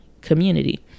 community